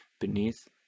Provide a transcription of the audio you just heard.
beneath